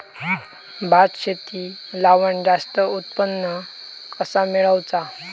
भात शेती लावण जास्त उत्पन्न कसा मेळवचा?